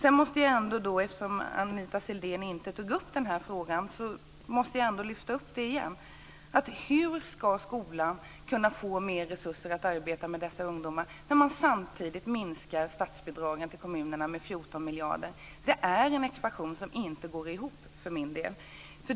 Anita Sidén tog inte upp frågan om hur skolan ska kunna få mer resurser för att arbeta med dessa ungdomar samtidigt som statsbidraget till kommunerna minskas med 14 miljarder. Därför måste jag lyfta upp den ingen. Detta är en ekvation som jag inte får att gå ihop.